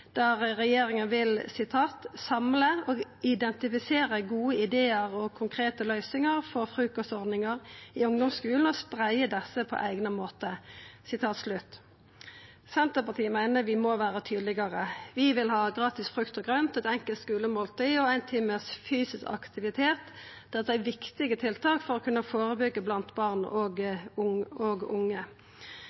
der regjeringa vil «samle og identifisere gode idear og konkrete løysingar for frukostordningar i ungdomsskulen og spreie desse på ein eigna måte». Senterpartiet meiner vi må vera tydelegare. Vi vil ha gratis frukt og grønt, eit enkelt skulemåltid og ein times fysisk aktivitet. Dette er viktige tiltak for å kunna førebyggja blant barn og unge.